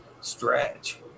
stretch